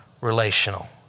relational